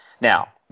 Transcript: Now